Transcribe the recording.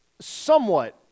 somewhat